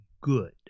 good